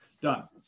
done